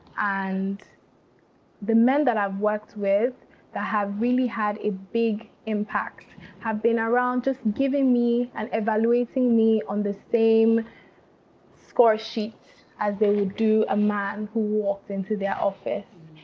and the men that i've worked with that have really had a big impact have been around just giving me and evaluating me on the same score sheet as they would do a man who walked into their office.